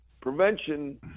prevention